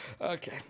Okay